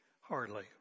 Hardly